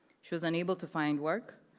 she was unable to find work,